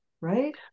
right